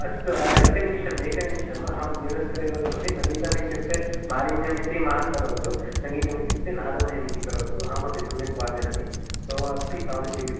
अस्तु अल एकनिमिषम् एकनिमिषम् अहं न्यूनस्थरे एव करोमि सङ्गीतमित्युक्ते मालिन्यमिति मा करोतु सङ्गीतमित्युक्ते नादमयमिति करोतु अहमपि सम्यक् वादयामि तवापि पासिटिव्